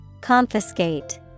Confiscate